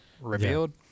revealed